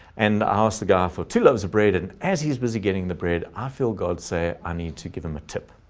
and ask the guy for two loaves of bread. and as he's busy getting the bread, i feel god say i need to give him a tip.